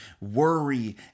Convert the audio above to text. worry